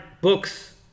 books